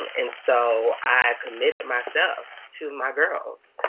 and so i committed myself to my girls.